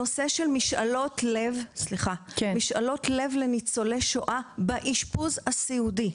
הנושא של משאלות לב לניצולי שואה באשפוז הסיעודי: